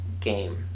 game